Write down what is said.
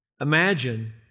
Imagine